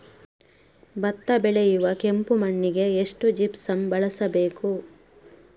ಭತ್ತ ಬೆಳೆಯುವ ಕೆಂಪು ಮಣ್ಣಿಗೆ ಎಷ್ಟು ಜಿಪ್ಸಮ್ ಬಳಸಬೇಕು?